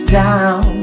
down